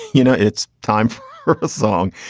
you know, it's time for a song.